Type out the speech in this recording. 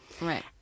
Right